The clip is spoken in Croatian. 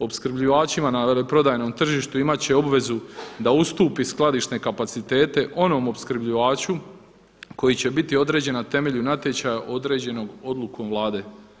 Opskrbljivačima na veleprodajnom tržištu imati će obvezu da ustupi skladišne kapacitete onom opskrbljivaču koji će biti određen na temelju natječaja određenom odlukom Vlade.